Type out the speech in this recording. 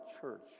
church